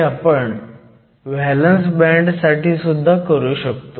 हे आपण valence band साठी सुद्धा करू शकतो